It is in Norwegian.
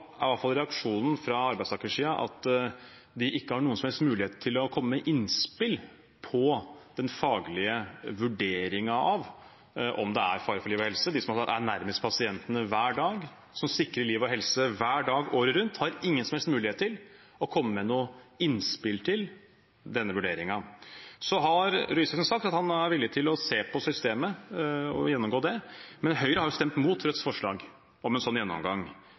reaksjonen fra arbeidstakersiden at de ikke har noen som helst mulighet til å komme med innspill på den faglige vurderingen av om det er fare for liv og helse. De som er nærmest pasientene hver dag, som sikrer liv og helse hver dag året rundt, har ingen som helst mulighet til å komme med noen innspill til denne vurderingen. Røe Isaksen har sagt at han er villig til å se på systemet, gjennomgå det. Men Høyre har jo stemt mot Rødts forslag om en gjennomgang